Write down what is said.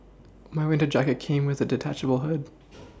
my winter jacket came with a detachable hood